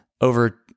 over